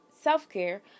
self-care